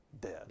dead